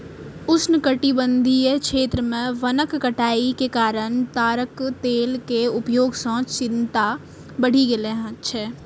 उष्णकटिबंधीय क्षेत्र मे वनक कटाइ के कारण ताड़क तेल के उपयोग सं चिंता बढ़ि गेल छै